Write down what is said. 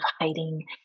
hiding